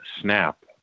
SNAP